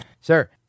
Sir